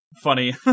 funny